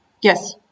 Yes